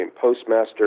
postmaster